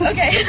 Okay